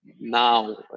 now